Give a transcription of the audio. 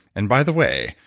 and by the way,